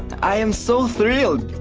i am so thrilled.